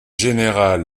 général